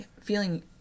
feeling